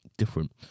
different